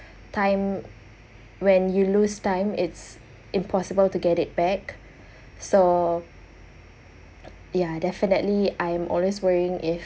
time when you lose time it's impossible to get it back so ya definitely I'm always worrying if